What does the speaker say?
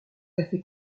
café